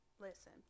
Listen